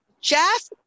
Jeff